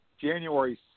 January